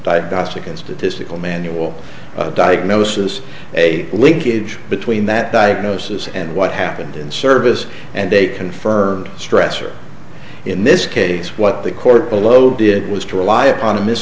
diagnostic and statistical manual of diagnosis a linkage between that diagnosis and what happened in service and they confirmed stress or in this case what the court below did was to rely upon a mis